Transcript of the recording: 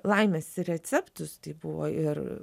laimės receptus tai buvo ir